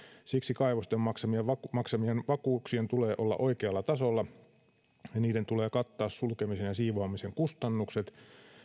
siksi kaivosten maksamien vakuuksien tulee olla oikealla tasolla ja niiden tulee kattaa sulkemisen ja siivoamisen kustannukset